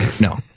No